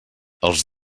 els